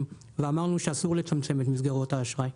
ואמרנו שאסור לצמצם את מסגרות האשראי.